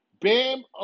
Bam